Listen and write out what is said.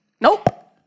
Nope